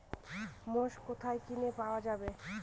মোষ কোথায় কিনে পাওয়া যাবে?